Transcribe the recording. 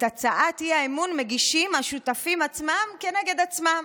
את הצעת האי-אמון מגישים השותפים עצמם כנגד עצמם.